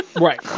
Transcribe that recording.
right